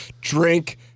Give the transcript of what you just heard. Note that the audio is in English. Drink